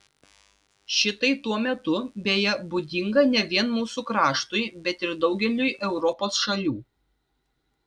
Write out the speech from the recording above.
šitai tuo metu beje būdinga ne vien mūsų kraštui bet ir daugeliui europos šalių